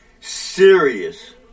serious